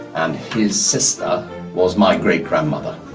and his sister was my great grandmother